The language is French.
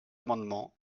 amendement